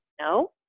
No